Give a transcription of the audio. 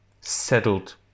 settled